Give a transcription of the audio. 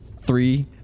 three